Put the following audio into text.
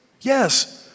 yes